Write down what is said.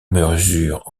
mesurent